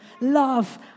Love